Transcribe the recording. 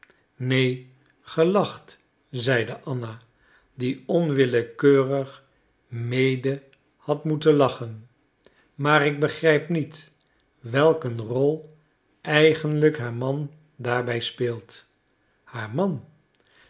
neen ge lacht zeide anna die onwillekeurig mede had moeten lachen maar ik begrijp niet welk een rol eigenlijk haar man daarbij speelt haar man